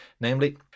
Namely